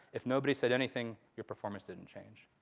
if nobody said anything, your performance didn't change.